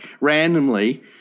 randomly